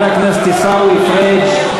אדוני היושב-ראש,